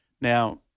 now